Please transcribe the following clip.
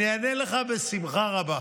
ואני אענה לך בשמחה רבה.